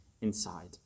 inside